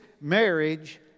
marriage